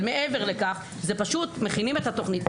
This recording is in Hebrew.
אבל מעבר לכך, זה פשוט מכינים את התוכנית.